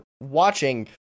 watching